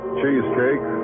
cheesecake